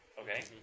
Okay